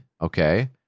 Okay